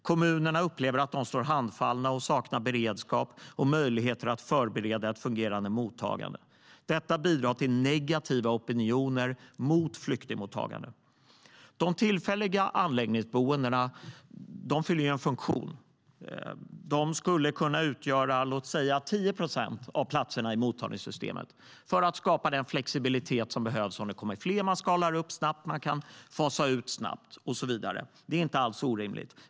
Kommunerna upplever att de står handfallna och saknar beredskap och möjligheter att förbereda ett fungerande mottagande. Detta bidrar till negativa opinioner mot flyktingmottagande. Tillfälliga anläggningsboenden fyller en funktion. De skulle kunna utgöra låt säga 10 procent av platserna i mottagningssystemet för att skapa den flexibilitet som behövs. Om det kommer fler skalar man upp snabbt, och man kan fasa ut snabbt och så vidare. Det är inte alls orimligt.